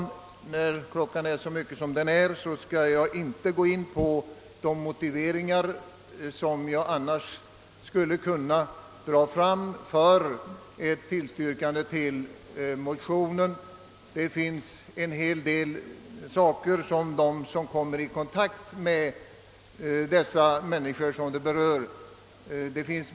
Eftersom tiden är så långt framskriden skall jag inte gå in på de motiveringar som jag annars skulle kunna anföra för ett godkännande av motionerna och t.ex. berätta en hel del saker som framkommit vid kontakt med de människor som berörs.